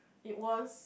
it was